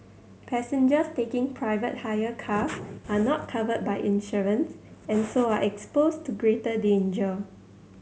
passengers taking private hire cars are not covered by insurance and so are exposed to greater danger